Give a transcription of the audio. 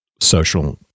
social